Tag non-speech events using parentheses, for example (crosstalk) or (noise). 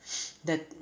(noise) that